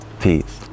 peace